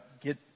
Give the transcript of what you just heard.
get